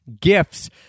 gifts